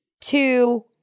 Two